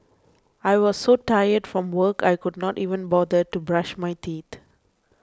I was so tired from work I could not even bother to brush my teeth